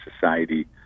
society